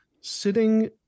sitting